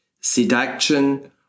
seduction